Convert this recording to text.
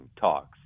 talks